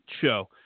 show